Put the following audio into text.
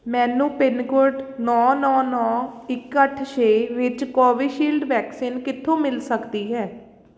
ਮੈਨੂੰ pin code ਨੌ ਨੌ ਨੌ ਇੱਕ ਅੱਠ ਛੇ ਵਿੱਚ ਕੋਵਿਸ਼ਿਲਡ ਵੈਕਸੀਨ ਕਿੱਥੋਂ ਮਿਲ ਸਕਦੀ ਹੈ